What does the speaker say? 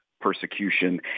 persecution